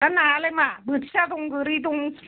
फा नायालाय मा बोथिया दं गोरि दं